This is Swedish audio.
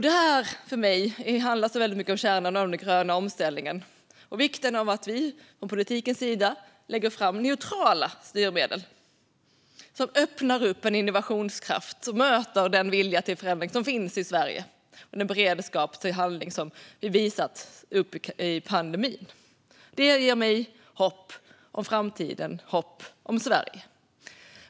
Det här handlar för mig mycket om kärnan i den gröna omställningen och vikten av att vi från politikens sida lägger fram neutrala styrmedel som öppnar upp en innovationskraft och möter den vilja till förändring som finns i Sverige och den beredskap till handling som vi har visat under pandemin. Det ger mig hopp om framtiden och hopp om Sverige.